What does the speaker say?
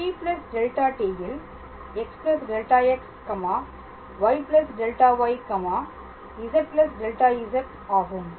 t δt ல் x δxy δyz δz ஆகும்